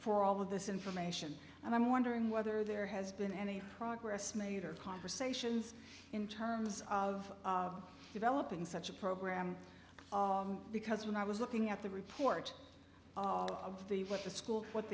for all of this information and i'm wondering whether there has been any progress made or conversations in terms of developing such a program because when i was looking at the report of the what the school what